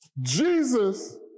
Jesus